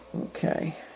Okay